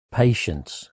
patience